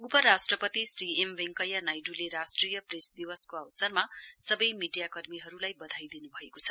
उपराष्ट्रिपति Shri M Venkaiah नाइडूले राष्ट्रिय press दिवसको अवसरमा सवै मीडियाकर्मीहरुलाई वधाई दिनुभएको छ